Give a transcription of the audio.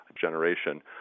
generation